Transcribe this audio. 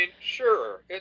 sure